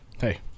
Hey